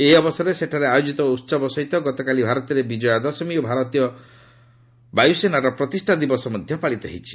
ଏହି ଅବସରରେ ସେଠାରେ ଆୟୋଜିତ ଉତ୍ସବ ସହିତ ଗତକାଲି ଭାରତରେ ବିଜୟା ଦଶମୀ ଓ ଭାରତୀୟ ବାୟସେନାର ପ୍ରତିଷ୍ଠା ଦିବସ ମଧ୍ୟ ପାଳିତ ହୋଇଛି